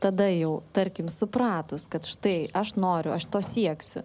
tada jau tarkim supratus kad štai aš noriu aš to sieksiu